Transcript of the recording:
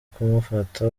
kumufata